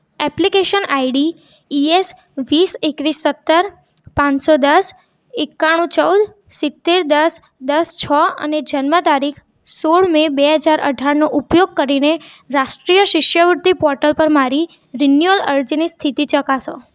application I D E S વીસ એકવીસ સત્તર પાંચસો દસ એક્કાણું ચૌદ સીત્તેર દસ દસ છ અને જન્મતારીખ સોળ મે બે હજાર અઢારનો ઉપયોગ કરીને રાષ્ટ્રીય શિષ્યવૃત્તિ પોર્ટલ પર મારી રિન્યુઅલ અરજીની સ્થિતિ ચકાસો